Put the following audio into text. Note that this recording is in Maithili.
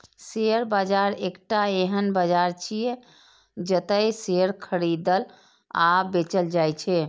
शेयर बाजार एकटा एहन बाजार छियै, जतय शेयर खरीदल आ बेचल जाइ छै